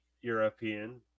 European